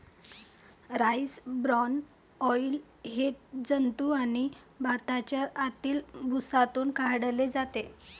rice bran oil हे जंतू आणि भाताच्या आतील भुसातून काढले जाते